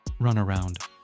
Runaround